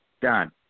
done